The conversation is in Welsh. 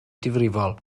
difrifol